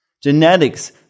Genetics